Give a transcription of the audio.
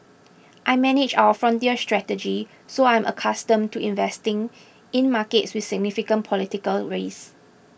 I manage our frontier strategy so I'm accustomed to investing in markets with significant political risk